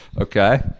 okay